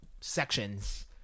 sections